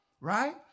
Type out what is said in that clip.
right